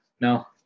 no